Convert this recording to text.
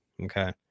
Okay